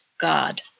God